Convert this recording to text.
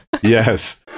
Yes